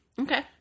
Okay